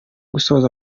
gusoza